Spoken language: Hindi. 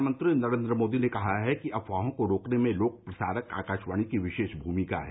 प्रधानमंत्री नरेन्द्र मोदी ने कहा है कि अफवाहों को रोकने में लोक प्रसारक आकाशवाणी की विशेष भूमिका है